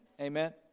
Amen